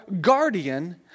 guardian